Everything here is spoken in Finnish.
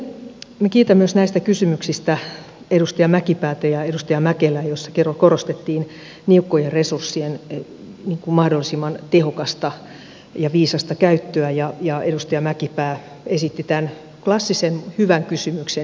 sitten kiitän myös näistä kysymyksistä edustaja mäkipäätä ja edustaja mäkelää joissa korostettiin niukkojen resurssien mahdollisimman tehokasta ja viisasta käyttöä ja edustaja mäkipää esitti tämän klassisen hyvän kysymyksen